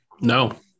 no